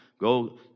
go